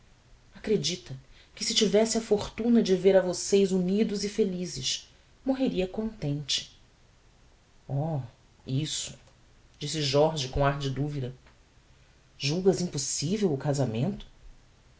acredita que se eu tivesse a fortuna de ver a vocês unidos e felizes morreria contente oh isso disse jorge com ar de duvida julgas impossivel o casamento